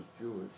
Jewish